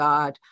God